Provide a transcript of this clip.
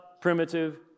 primitive